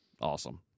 awesome